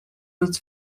het